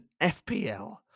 FPL